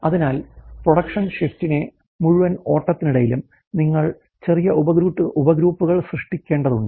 അതിനാൽ പ്രൊഡക്ഷൻ ഷിഫ്റ്റിന്റെ മുഴുവൻ ഓട്ടത്തിനിടയിലും നിങ്ങൾ ചെറിയ ഉപഗ്രൂപ്പുകൾ സൃഷ്ടിക്കേണ്ടതുണ്ട്